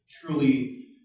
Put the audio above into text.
truly